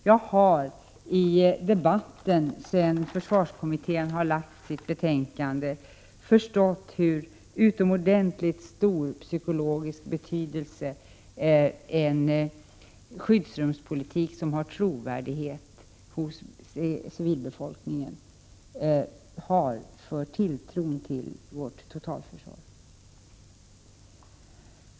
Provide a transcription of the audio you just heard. Jag har 117 av debatten sedan försvarskommittén lade fram sitt betänkande förstått hur utomordentligt stor psykologisk betydelse en skyddsrumspolitik som har trovärdighet hos civilbefolkningen har för tilltron till vårt totalförsvar.